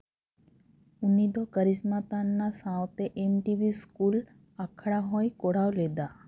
ᱩᱱᱤ ᱫᱚ ᱠᱟᱨᱤᱥᱢᱟᱱ ᱛᱟᱱᱱᱟ ᱥᱟᱶᱛᱮ ᱮᱹᱱ ᱴᱤ ᱵᱷᱤ ᱥᱠᱩᱞ ᱟᱠᱷᱲᱟ ᱦᱚᱸᱭ ᱠᱚᱨᱟᱣ ᱞᱮᱫᱟ